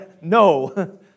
No